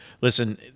listen